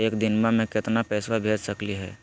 एक दिनवा मे केतना पैसवा भेज सकली हे?